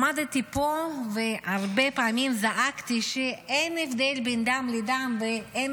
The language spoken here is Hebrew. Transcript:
עמדתי פה והרבה פעמים זעקתי שאין הבדל בין דם לדם ואין